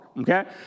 Okay